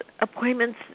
appointments